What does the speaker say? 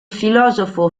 filosofo